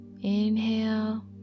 inhale